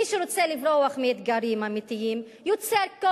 מי שרוצה לברוח מאתגרים אמיתיים יוצר כל